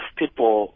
people